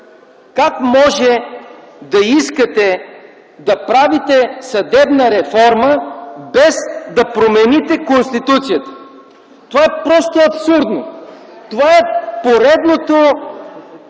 как може да искате да правите съдебна реформа без да промените Конституцията? Това е просто абсурдно! Това е поредното